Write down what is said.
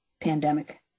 pandemic